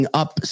up